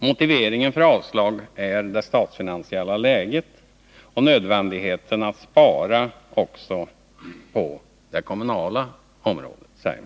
Motiveringen för avslag är det statsfinansiella läget och nödvändigheten att spara också på det kommunala området.